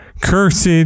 cursed